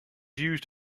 used